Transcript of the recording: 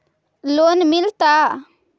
Loan मिलता?